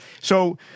So-